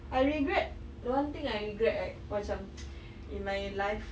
I regret one thing I regret right macam in my life